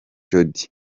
jody